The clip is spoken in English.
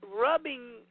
Rubbing